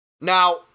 now